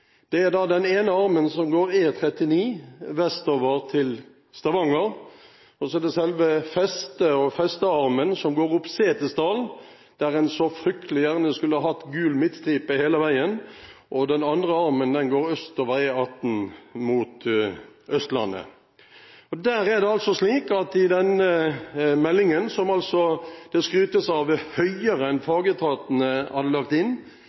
armen går da vestover, E39, til Stavanger, og så er det selve festet og festearmen som går opp Setesdalen – der en så fryktelig gjerne skulle hatt gul midtstripe hele veien – og den andre armen går østover, E18, mot Østlandet. I denne meldingen, som det skrytes høyt av,